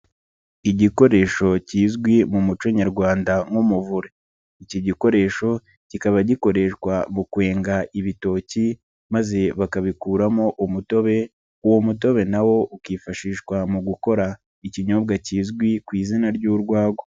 Igikoresho kizwi mu muco nyarwanda nk'umuvure, iki gikoresho kikaba gikoreshwa mu kwenga ibitoki, maze bakabikuramo umutobe, uwo mutobe na wo ukifashishwa mu gukora ikinyobwa kizwi ku izina ry'urwagwa.